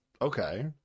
Okay